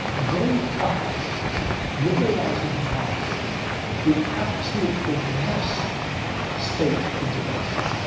they coupled liberalizing the market with absolutely massive state intervention.